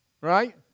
Right